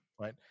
right